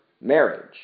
marriage